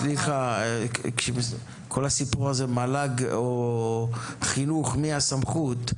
סליחה, כל הסיפור הזה מל"ג או חינוך מי הסמכות.